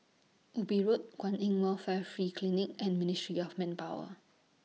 Ubi Road Kwan in Welfare Free Clinic and Ministry of Manpower